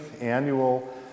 annual